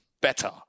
better